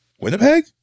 Winnipeg